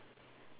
date